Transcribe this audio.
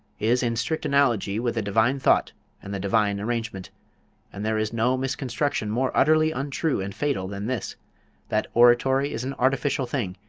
is in strict analogy with the divine thought and the divine arrangement and there is no misconstruction more utterly untrue and fatal than this that oratory is an artificial thing,